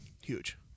Huge